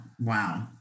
Wow